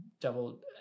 double